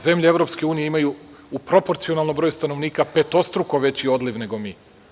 Zemlje EU imaju u proporcionalnom broju stanovnika petostruko veći odliv nego mi.